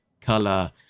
color